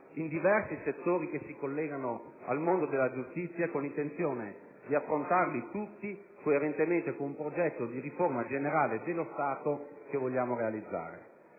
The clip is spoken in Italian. in diversi settori che si collegano al mondo della giustizia, con l'intenzione di affrontarli tutti coerentemente con il progetto di riforma generale dello Stato che vogliamo realizzare.